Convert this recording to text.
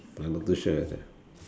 I not too sure